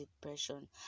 depression